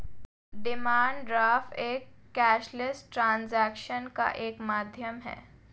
demand draft एक cashless transaction का एक माध्यम है